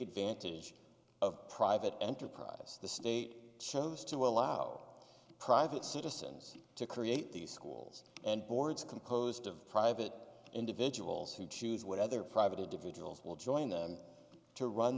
advantage of private enterprise the state chose to allow private citizens to create these schools and boards composed of private individuals who choose what other private individuals will join them to run